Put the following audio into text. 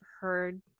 heard